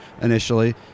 initially